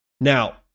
Now